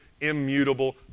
immutable